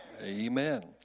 Amen